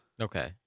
Okay